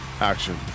action